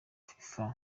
fifa